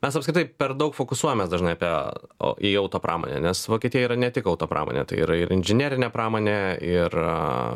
mes apskritai per daug fokusuojamas dažnai apie į autopramonę nes vokietija yra ne tik auto pramonė tai yra ir inžinerinė pramonė ir